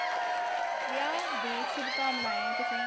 ब्याह् दी शुभकामनाएं ऐ तुसेंगी